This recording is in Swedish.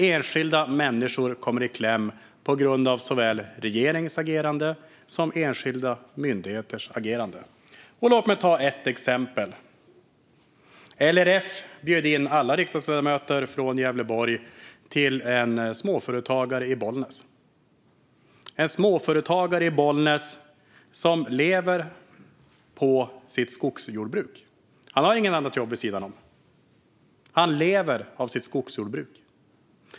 Enskilda människor kommer i kläm på grund av såväl regeringens agerande som enskilda myndigheters agerande. Låt mig ta ett exempel. LRF bjöd in alla riksdagsledamöter från Gävleborg till en småföretagare i Bollnäs som lever på sitt skogsjordbruk. Han har inget annat jobb vid sidan av. Han lever av sitt skogsjordbruk.